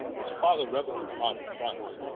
his father reuel'd in the heart of france,